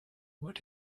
what